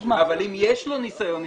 אבל אם יש לו ניסיון עסקי,